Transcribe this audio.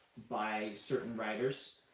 by certain writers,